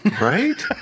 Right